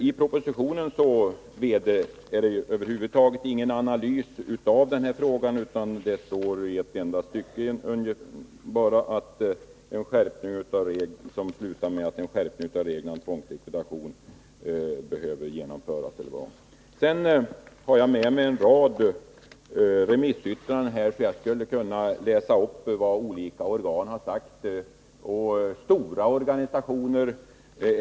I propositionen görs det över huvud taget ingen analys av frågan om likvidationsreglerna. Den behandlas bara i ett enda stycke, som slutar med påståendet att en skärpning av reglerna om tvångslikvidation behöver genomföras. Jag har med mig en rad remissyttranden från olika organ som jag skulle kunna läsa upp. Det gäller stora organisationer.